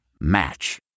Match